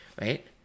right